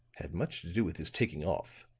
had much to do with his taking off.